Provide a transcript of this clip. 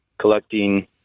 collecting